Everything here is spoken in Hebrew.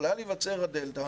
יכולה להיווצר הדלתה